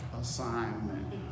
assignment